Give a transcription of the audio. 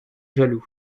jaloux